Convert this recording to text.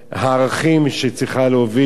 הערכים, שצריך להוביל.